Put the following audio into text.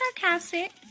sarcastic